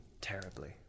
terribly